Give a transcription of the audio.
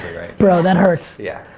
bro, that hurts. yeah.